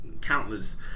countless